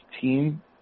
team